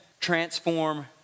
transform